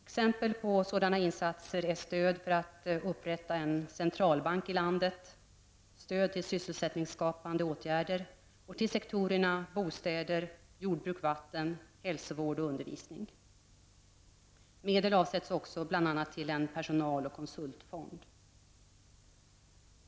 Exempel på sådana insatser är stöd för att upprätta en centralbank i landet, stöd till sysselsättningsskapande åtgärder och till sektorerna bostäder, jordbruk-- vatten, hälsovård och undervisning. Medel avsätts också bl.a. till en personal och konsultfond.